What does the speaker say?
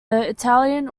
italian